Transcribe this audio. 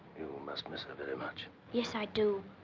must miss her very much. yes, i do.